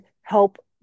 help